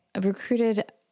recruited